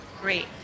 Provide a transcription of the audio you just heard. great